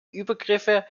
übergriffe